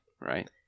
Right